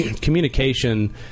communication